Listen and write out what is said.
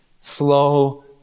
slow